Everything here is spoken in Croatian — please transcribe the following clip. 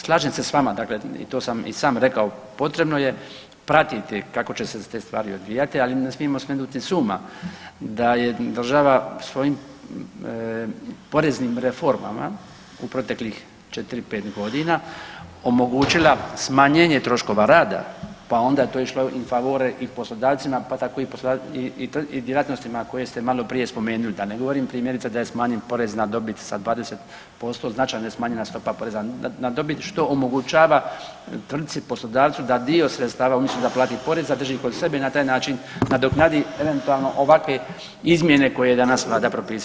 Slažem se s vama i to sam i sam rekao, potrebno je pratiti kako će te stvari odvijati, ali ne smijemo smetnuti s uma da je država svojim poreznim reformama u proteklih 4, 5 godina omogućila smanjenje troškova rada pa onda je to išlo in favorem i poslodavcima pa tko i djelatnostima koje ste maloprije spomenuli, da ne govorim primjerice da je smanjen porez na dobit sa 20% značajno je smanjena stopa poreza na dobit što omogućava tvrtci poslodavcu da dio sredstava umjesto da plati porez zadrži kod sebe i na taj način nadoknadi eventualno ovakve izmjene koje je danas vlada propisala